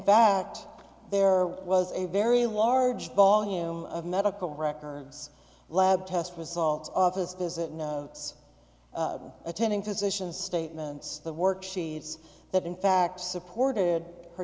fact there was a very large volume of medical records lab test results office visit attending physicians statements the work sheets that in fact supported her